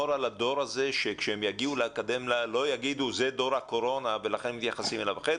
כדי שכשהם יגיעו לאקדמיה הם לא יקבלו יחס אחר.